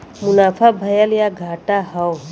मुनाफा भयल या घाटा हौ